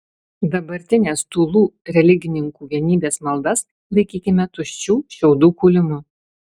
dabartinės tūlų religininkų vienybės maldas laikykime tuščių šiaudų kūlimu